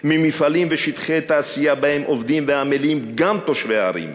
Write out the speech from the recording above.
ממפעלים ושטחי תעשייה שבהם עובדים ועמלים גם תושבי ערים,